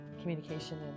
communication